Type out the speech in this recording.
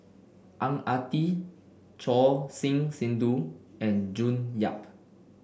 Ang Ah Tee Choor Singh Sidhu and June Yap